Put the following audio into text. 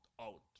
out